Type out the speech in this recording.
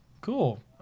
cool